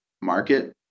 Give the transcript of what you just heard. market